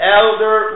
elder